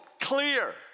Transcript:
clear